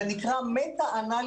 זה נקרא meta-analysis,